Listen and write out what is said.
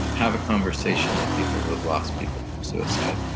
have a conversation with people who have lost people from suicide.